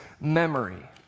memory